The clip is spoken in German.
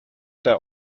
der